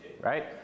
right